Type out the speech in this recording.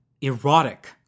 erotic